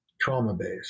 trauma-based